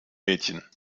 mädchen